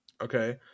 okay